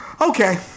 Okay